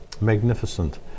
magnificent